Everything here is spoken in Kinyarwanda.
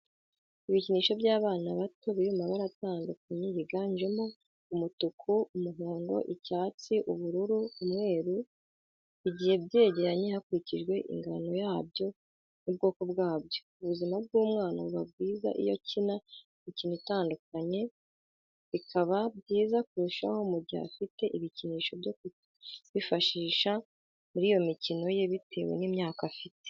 Ibikinisho by'abana bato biri mu mabara atandukanye yiganjemo umutuku, umuhondo, icyatsi ,ubururu , umweru, bigiye byegeranye hakurikijwe ingano yabyo n'ubwokobwabyo ubuzima bw'umwana buba bwiza iyo akina imikino itandukanye, bikaba byiza kurushaho mu gihe afite ibikinisho byo kwifashisha muri iyo mikino ye bitewe n'imyaka afite.